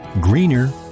greener